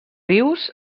rius